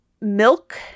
milk